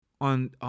on